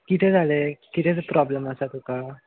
कितें जालें कितें प्रोब्लेम आसा तुका